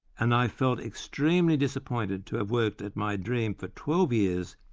and i felt extremely disappointed to have worked at my dream for twelve years,